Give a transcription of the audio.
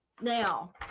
Now